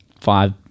five